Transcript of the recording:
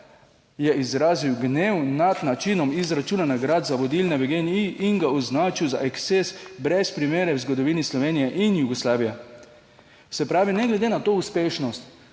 je izrazil gnev nad načinom izračuna nagrad za vodilne v GEN-I in ga označil za eksces brez primere v zgodovini Slovenije in Jugoslavije. Se pravi, ne glede na to uspešnost,